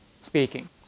speaking